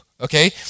okay